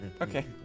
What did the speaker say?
okay